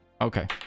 Okay